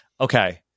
Okay